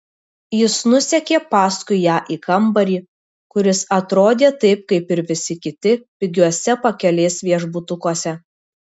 jis nusekė paskui ją į kambarį kuris atrodė taip kaip ir visi kiti pigiuose pakelės viešbutukuose